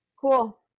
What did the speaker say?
Cool